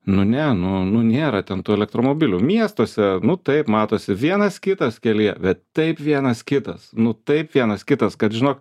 nu ne nu nu nėra ten tų elektromobilių miestuose nu taip matosi vienas kitas kelyje bet taip vienas kitas nu taip vienas kitas kad žinok